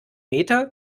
meter